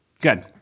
Good